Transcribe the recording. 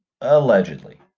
Allegedly